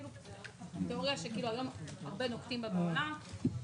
תאוריה שהיום הרבה נוקטים בה בעולם,